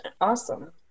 awesome